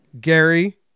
Gary